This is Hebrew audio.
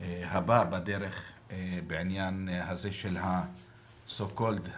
הבא בדרך בעניין הזה של סו קולד התייעלות,